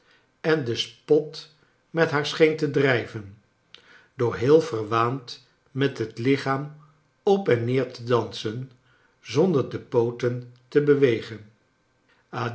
en den spot met haar scheen te drijven door heel verwaand met het lichaam op en neer te dansen zonder de pooten te bewegen